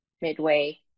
midway